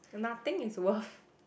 so nothing is worth